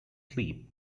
sleep